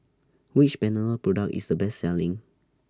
Which Panadol Product IS The Best Selling